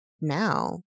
now